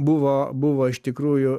buvo buvo iš tikrųjų